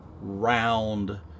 round